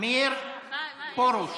מאיר פרוש,